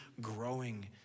growing